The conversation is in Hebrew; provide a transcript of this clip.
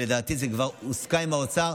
לדעתי זה כבר הוסכם עם האוצר.